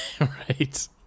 Right